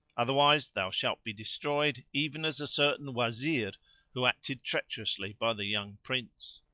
otherwise thou shalt be destroyed even as a certain wazir who acted treacherously by the young prince.